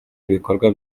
ibikorwa